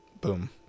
Boom